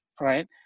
right